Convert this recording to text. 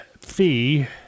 fee